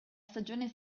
stagione